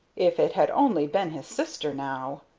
if it had only been his sister now!